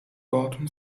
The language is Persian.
باهاتون